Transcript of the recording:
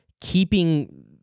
keeping